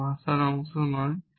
এটা ভাষার অংশ নয়